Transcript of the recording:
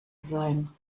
sein